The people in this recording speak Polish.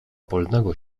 polnego